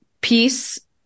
peace